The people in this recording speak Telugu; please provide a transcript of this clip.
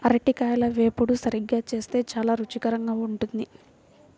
అరటికాయల వేపుడు సరిగ్గా చేస్తే చాలా రుచికరంగా ఉంటుంది